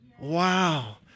Wow